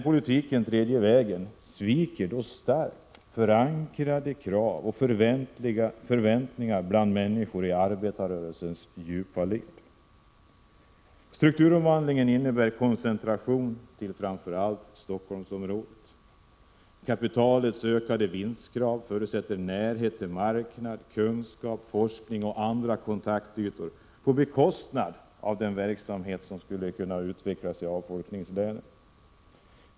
Den tredje vägens politik sviker starkt förankrade krav och förväntningar bland människor djupt in i arbetarrörelsens led. Strukturomvandlingen innebär koncentration till framför allt Stockholmsområdet. Kapitalets ökade vinstkrav förutsätter närhet till marknad, kunskap, forskning och andra kontaktytor, på bekostnad av den verksamhet som skulle kunna utvecklas i avfolkningslänen.